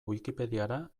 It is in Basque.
wikipediara